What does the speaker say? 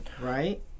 Right